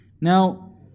Now